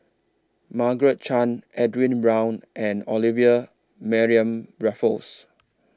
Margaret Chan Edwin Brown and Olivia Mariamne Raffles